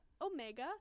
Omega